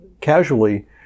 casually